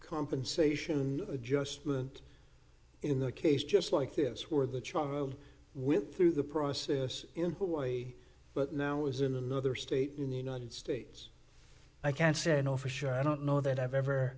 compensation adjustment in the case just like this where the trouble with through the process in a way but now is in another state in the united states i can't say i know for sure i don't know that i've ever